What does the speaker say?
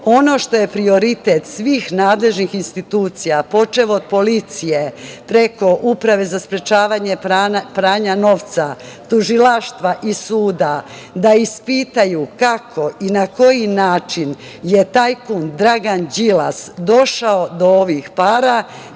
što je prioritet svih nadležnih institucija, počev od policije, preko Uprave za sprečavanje pranja novca, tužilaštva i suda je da ispitaju kako i na koji način je tajkun Dragan Đilas došao do ovih para,